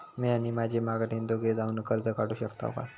म्या आणि माझी माघारीन दोघे जावून कर्ज काढू शकताव काय?